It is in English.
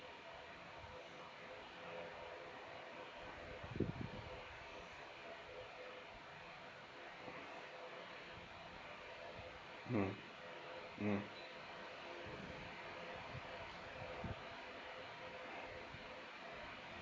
mm